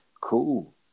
cool